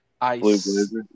Ice